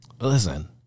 Listen